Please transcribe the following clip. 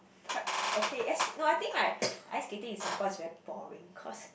quite okay as no I think like ice skating in Singapore is very boring cause